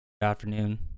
afternoon